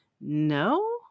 no